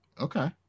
Okay